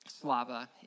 Slava